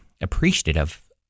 appreciative